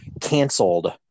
canceled